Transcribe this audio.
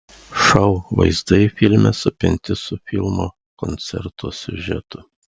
šou vaizdai filme supinti su filmo koncerto siužetu